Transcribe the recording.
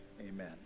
amen